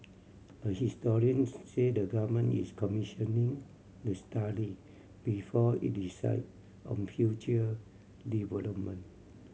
a historian said the Government is commissioning the study before it decide on future development